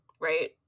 right